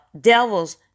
devils